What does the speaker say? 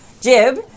Jib